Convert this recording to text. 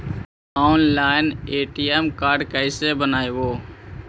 Online ATM card कैसे बनाबौ?